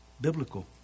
biblical